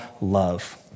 love